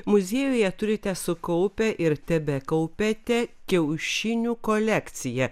muziejuje turite sukaupę ir tebekaupiate kiaušinių kolekciją